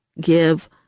give